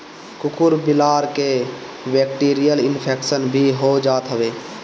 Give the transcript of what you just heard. कुकूर बिलार के बैक्टीरियल इन्फेक्शन भी हो जात हवे